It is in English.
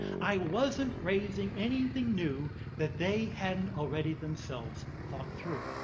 i wasn't raising anything new that they hadn't already themselves thought through,